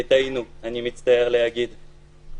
וטעינו, אני מצטער להגיד.